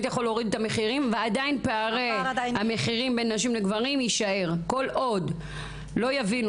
לעשות בעניין הזה כרפרנט כלכלה ותעשייה?